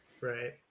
Right